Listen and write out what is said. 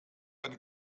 eine